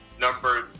Number